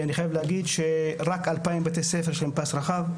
אני חייב להגיד שרק 2,000 בתי ספר, יש להם פס רחב.